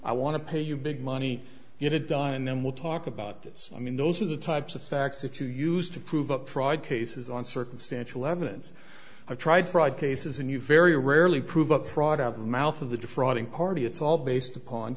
i want to pay you big money you to die and then we'll talk about this i mean those are the types of facts if you used to prove up fraud cases on circumstantial evidence or tried fraud cases and you very rarely prove a fraud of mouth of the defrauding party it's all based upon